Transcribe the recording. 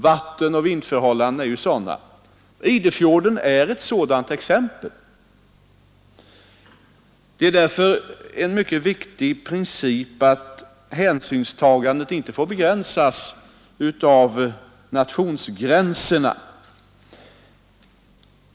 Vattenoch vindförhållanden kan ju vara sådana. Idefjorden är just ett sådant exempel, Därför är det en mycket viktig princip att hänsynstagandet inte får upphöra vid nationsgränserna.